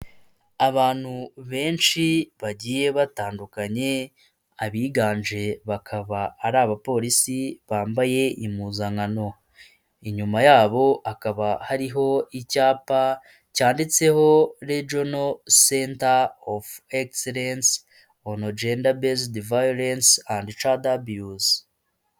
Abantu benshi bagiye batandukanye abiganje bakaba ari abapolisi bambaye impuzankano, inyuma yabo hakaba hariho icyapa cyanditseho regeno senta ovu egiserense onu jenda beze viyorense andi cadihudu.